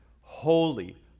holy